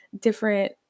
different